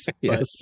Yes